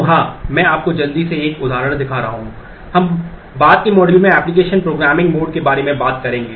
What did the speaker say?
तो हाँ मैं आपको जल्दी से एक उदाहरण दिखा रहा हूं हम बाद के मॉड्यूल में एप्लिकेशन प्रोग्रामिंग मोड के बारे में बात करेंगे